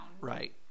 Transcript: Right